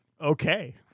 Okay